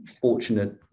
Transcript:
fortunate